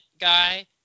guy